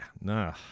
no